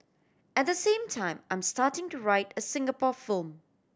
at the same time I'm starting to write a Singapore film